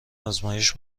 آزمایش